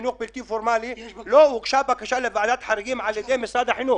חינוך בלתי פורמלי לא הוגשה בקשה לוועדת חריגים על ידי משרד החינוך.